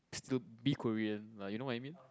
is to be Korean lah you know what I mean